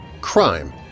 crime